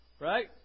Right